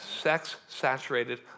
sex-saturated